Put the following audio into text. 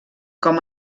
com